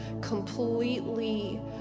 completely